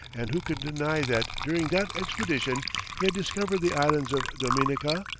and who could deny that during that expedition he had discovered the islands of dominica,